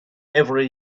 every